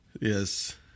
Yes